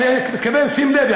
אני מתכוון: שים לב,